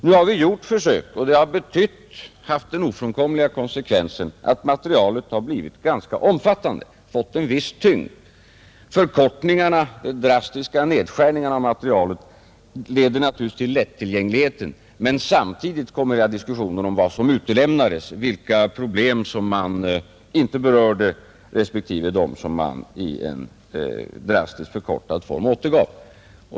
Vår ambition till saklighet och objektivitet har haft den ofrånkomliga konsekvensen att materialet blivit ganska omfattande och har fått en viss tyngd. Förkortningarna och de drastiska nedskärningarna av materialet leder naturligtvis till lättillgänglighet, men samtidigt kommer hela diskussionen om vad som utelämnats och om vilka problem som man inte berört respektive vilka man i en drastiskt förkortad form återgav.